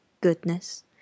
goodness